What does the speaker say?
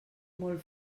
molt